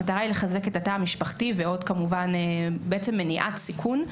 המטרה היא לחזק את התא המשפחתי ובעצם מניעת סיכון,